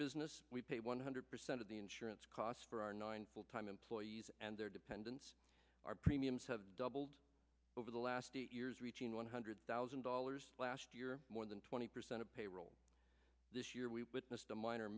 business we pay one hundred percent of the insurance costs for our nine full time employees and their dependents our premiums have doubled over the last eight years reaching one hundred thousand dollars last year more than twenty percent of payroll this year we've witnessed a minor